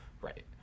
Right